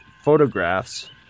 photographs